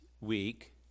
week